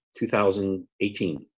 2018